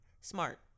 Smart